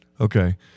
Okay